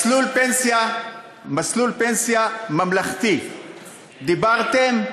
מסלול פנסיה ממלכתי, דיברתם?